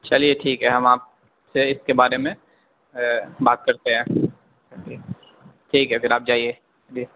چلیے ٹھیک ہے ہم آپ سے اس کے بارے میں بات کرتے ہیں ٹھیک ہے پھر آپ جائیے جی